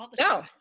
No